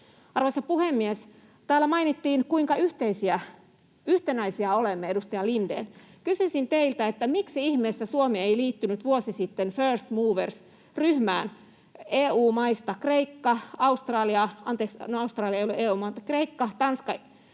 Arvoisa puhemies! Täällä mainittiin se, kuinka yhtenäisiä olemme, edustaja Lindén. Kysyisin teiltä, miksi ihmeessä Suomi ei liittynyt vuosi sitten First Movers ‑ryhmään. EU-maista Kreikka, Australia